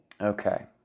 Okay